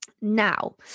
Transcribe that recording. Now